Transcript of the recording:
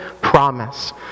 promise